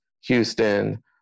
Houston